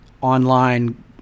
online